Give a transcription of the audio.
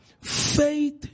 faith